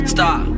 Stop